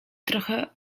trochę